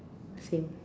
same